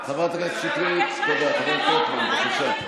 חבר הכנסת שמחה רוטמן, בבקשה.